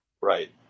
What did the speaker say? Right